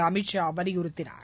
அமித் ஷா வலியுறுத்தினார்